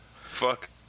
Fuck